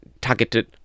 targeted